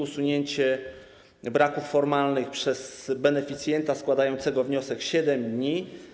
Usunięcie braków formalnych przez beneficjenta składającego wniosek - 7 dni.